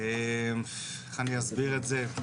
איך אגיד את זה,